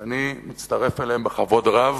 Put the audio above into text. שאני מצטרף אליהם בכבוד רב,